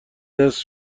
نصف